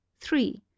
three